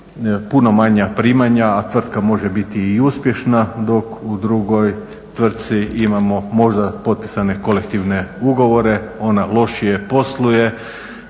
puno manja primanja, a tvrtka može biti i uspješna dok u drugoj tvrtci imamo možda potpisane kolektivne ugovore. Ona lošije posluje,